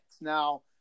Now